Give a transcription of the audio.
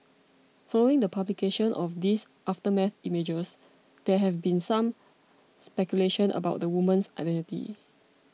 following the publication of these aftermath images there have been some speculation about the woman's identity